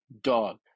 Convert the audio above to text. dog